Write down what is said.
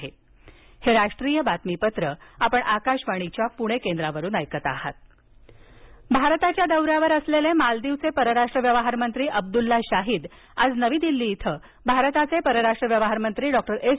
चर्चा भारताच्या दौऱ्यावर असलेले मालदीवचे परराष्ट्र व्यवहारमंत्री अब्दुल्ला शाहीद आज नवी दिल्ली इथं भारताचे परराष्ट्र व्यवहारमंत्री डॉक्टर एस